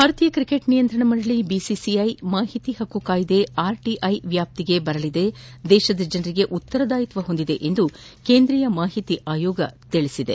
ಭಾರತೀಯ ಕ್ರಿಕೆಟ್ ನಿಯಂತ್ರಣ ಮಂಡಳಿ ಬಿಸಿಸಿಐ ಮಾಹಿತಿ ಪಕ್ನು ಕಾಯ್ಲೆ ಆರ್ಟಿಐ ವ್ಲಾಪ್ತಿಯಡಿ ಬರಲಿದ್ಲು ದೇಶದ ಜನರಿಗೆ ಉತ್ತರದಾಯಿತ್ನ ಹೊಂದಿದೆ ಎಂದು ಕೇಂದ್ರೀಯ ಮಾಹಿತಿ ಆಯೋಗ ತಿಳಿಸಿದೆ